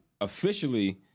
officially